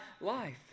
life